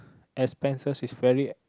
expenses is very